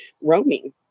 roaming